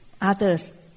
others